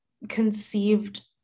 conceived